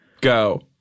Go